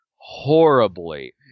horribly